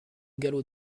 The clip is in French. galop